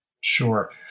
Sure